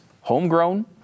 homegrown